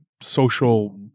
social